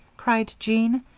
cried jean.